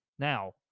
Now